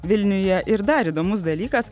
vilniuje ir dar įdomus dalykas